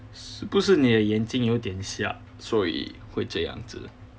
是不是你的眼睛有点瞎所以会这样子